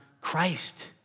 Christ